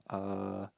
uh